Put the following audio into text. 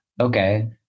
okay